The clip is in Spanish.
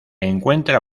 encuentra